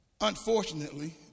Unfortunately